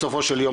בסופו של יום,